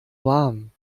warm